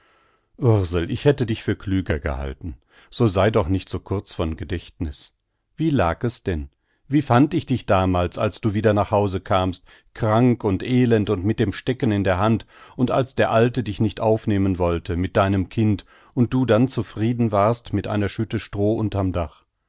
ich hätte dich für klüger gehalten so sei doch nicht so kurz von gedächtniß wie lag es denn wie fand ich dich damals als du wieder nach hause kamst krank und elend und mit dem stecken in der hand und als der alte dich nicht aufnehmen wollte mit deinem kind und du dann zufrieden warst mit einer schütte stroh unterm dach